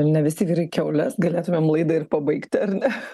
ne visi vyrai kiaules galėtumėm laidą ir pabaigti ar ne